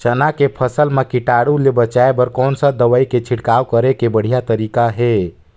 चाना के फसल मा कीटाणु ले बचाय बर कोन सा दवाई के छिड़काव करे के बढ़िया तरीका हे?